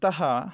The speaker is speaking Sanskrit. अतः